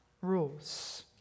rules